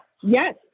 Yes